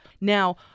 Now